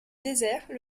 désert